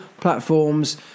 platforms